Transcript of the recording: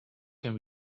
can